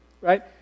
right